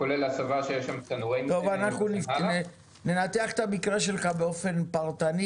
כולל הסבה שיש שם תנורים --- אנחנו ננתח את המקרה שלך באופן פרטני,